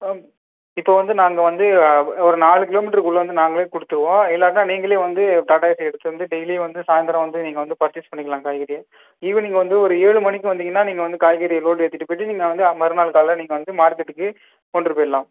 ஓம் இப்போ வந்து நாங்கள் வந்து ஒரு நாலு கிலோமீட்ருக்குள்ளே வந்து நாங்களே கொடுத்துடுவோம் இல்லாட்டினா நீங்களே வந்து டாட்டா ஏசி எடுத்து வந்து டெய்லி வந்து சாய்ந்தரம் வந்து நீங்கள் வந்து பர்ச்சேஸ் பண்ணிக்கலாம் காய்கறியை ஈவினிங் வந்து ஒரு ஏழு மணிக்கு வந்தீங்கன்னா நீங்கள் வந்து காய்கறியை லோடு ஏற்றிட்டு போயிவிட்டு நீங்கள் வந்து அ மறுநாள் காலைல நீங்கள் வந்து மார்க்கெட்டுக்கு கொண்ட்ரு போயிருலாம்